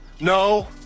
No